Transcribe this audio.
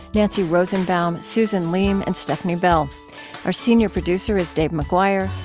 nancy rosenbaum, susan leem, and stefni bell our senior producer is dave mcguire.